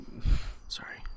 Sorry